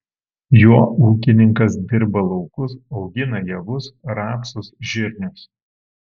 juo ūkininkas dirba laukus augina javus rapsus žirnius